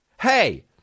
Hey